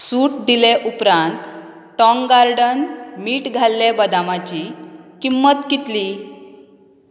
सूट दिले उपरांत टाँग गार्डन मीठ घाल्ले बदामांची किंमत कितली